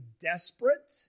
desperate